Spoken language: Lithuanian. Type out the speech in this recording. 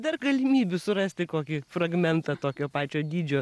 dar galimybių surasti kokį fragmentą tokio pačio dydžio